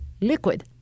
liquid